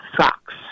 sucks